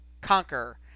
conquer